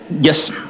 Yes